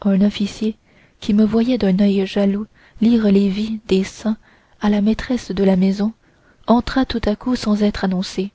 un officier qui me voyait d'un oeil jaloux lire les vies des saints à la maîtresse de la maison entra tout à coup et sans être annoncé